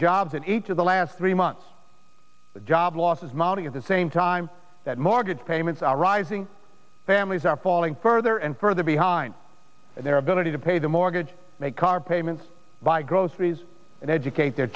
jobs in each of the last three months of job losses money at the same time that mortgage payments are rising families are falling further and further behind their ability to pay the mortgage make car payments buy groceries and educate their